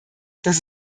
dass